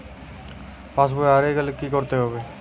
পাশবই হারিয়ে গেলে কি করতে হবে?